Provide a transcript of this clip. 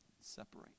Separate